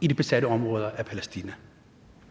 i de besatte områder af Palæstina.